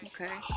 okay